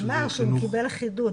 הוא אמר שהוא קיבל חידוד.